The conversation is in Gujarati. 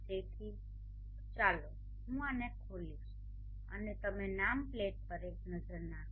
તેથી ચાલો હું આને ખોલીશ અને તમે નામ પ્લેટ પર એક નજર નાખો